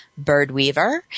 Birdweaver